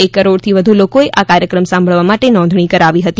એક કરોડથી વધુ લોકોએ આ કાર્યક્રમ સાંભળવા માટે નોંધણી કરાવી હતી